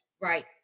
right